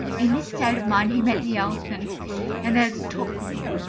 in this state of mind, he met the elephant and had a talk with him.